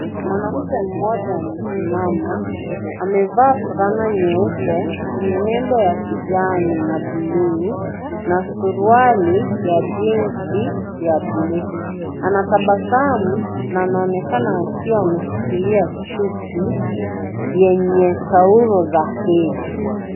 Mwanamke mmoja amesimama, amevaa fulana nyeupe yenye nembo ya kijani na buluu. Na suruali ya jinsi ya buluu. Anatabasamu na anaonekana akiwa ameshikilia chupi, yenye taulo za hedhi.